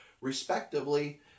respectively